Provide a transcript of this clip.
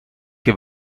heb